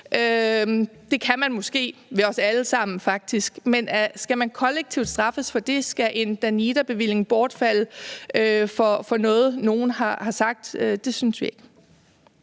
os alle sammen, men skal man kollektivt straffes for det? Skal en Danida-bevilling bortfalde for noget, nogen har sagt? Det synes vi ikke.